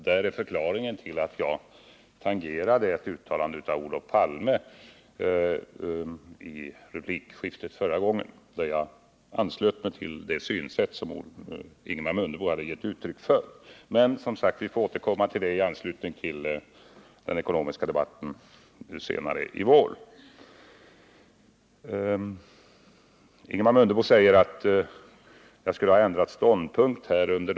Däri ligger förklaringen till att jag tangerade ett uttalande av Olof Palme i replikskiftet förra gången, då jag anslöt mig till det synsätt som Ingemar Mundebo gav uttryck för. Men vi får som sagt återkomma till detta i anslutning till den ekonomiska debatten senare i vår. Ingemar Mundebo säger att jag skulle ha ändrat ståndpunkt under dagens lopp.